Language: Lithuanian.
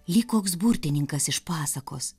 lyg koks burtininkas iš pasakos